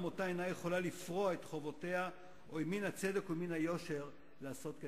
זה, וכפי שהדגשתי, לרבות כלפי התורמים.